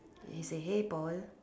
he say hey Paul